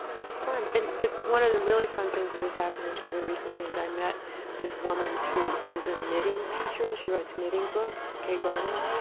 it's fun. and the one of the really fun things that has happened on and twitter recently is, i met this woman who is a knitting teacher and she writes knitting books kay gardiner.